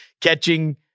catching